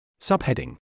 Subheading